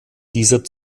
dieser